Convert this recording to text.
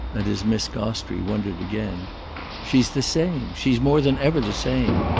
and as miss gostrey wondered again she's the same. she's more than ever the same.